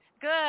good